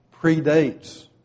predates